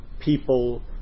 people